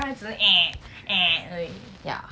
刚才只是 eh eh 而已 yeah